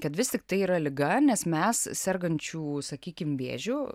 kad vis tiktai yra liga nes mes sergančių sakykim vėžiu